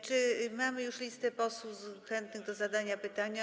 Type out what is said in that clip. Czy mamy już listę posłów chętnych do zadania pytań?